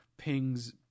pings